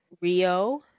Rio